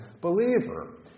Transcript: believer